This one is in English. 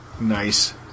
Nice